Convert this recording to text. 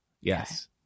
Yes